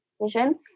vision